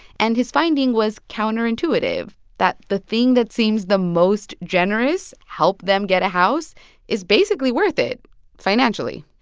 and his finding was counterintuitive, that the thing that seems the most generous help them get a house is basically worth it financially.